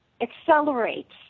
accelerates